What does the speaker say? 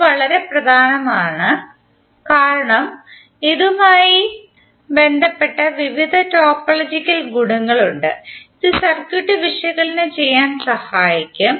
ഇത് വളരെ പ്രധാനമാണ് കാരണം ഇതുമായി ബന്ധപ്പെട്ട വിവിധ ടോപ്പോളജിക്കൽ ഗുണങ്ങളുണ്ട് ഇത് സർക്യൂട്ട് വിശകലനം ചെയ്യാൻ സഹായിക്കും